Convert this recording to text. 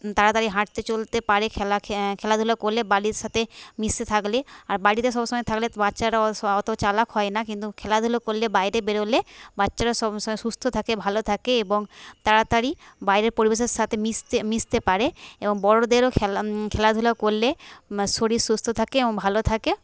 তাড়াতাড়ি হাঁটতে চলতে পারে খেলা খেলাধুলা করলে বালির সাথে মিশতে থাকলে আর বাড়িতে সব সময় থাকলে বাচ্চারা অত চালাক হয় না কিন্তু খেলাধুলো করলে বাইরে বেরোলে বাচ্চারা সব সুস্থ থাকে ভালো থাকে এবং তাড়াতাড়ি বাইরের পরিবেশের সাথে মিশতে মিশতে পারে এবং বড়দেরও খেলা খেলাধুলা করলে শরীর সুস্থ থাকে এবং ভালো থাকে